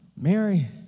Mary